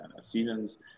seasons